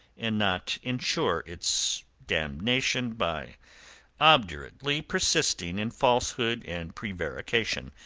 and not ensure its damnation by obdurately persisting in falsehood and prevarication.